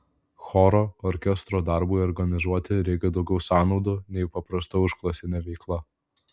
choro orkestro darbui organizuoti reikia daugiau sąnaudų nei paprasta užklasinė veikla